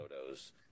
photos